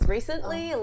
Recently